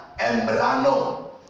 embrano